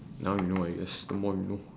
now you know I guess the more you know